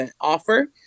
offer